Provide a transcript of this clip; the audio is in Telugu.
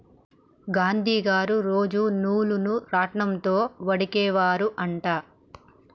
గాంధీ గారు రోజు నూలును రాట్నం తో వడికే వారు అంట